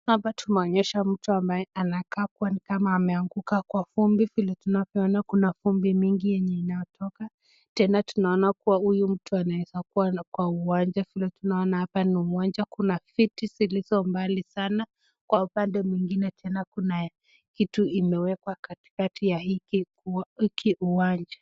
Hapa tumeonyeshwa mtu ambaye anakaa kuwa ni kama ameanguka kwa vumbi. Vile tunavyoona, kuna vumbi mingi yenye inatoka, tena tunaona kuwa huyu mtu anaweza kuwa kwa uwanja vile tunaona hapa ni uwanja. Kuna viti zilizo mbali sana, kwa upande mwingine tena kuna kitu imewekwa katikati ya hiki uwanja.